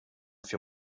für